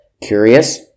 curious